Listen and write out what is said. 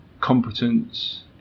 Competence